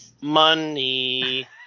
Money